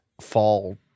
fall